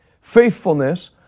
faithfulness